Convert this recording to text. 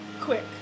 quick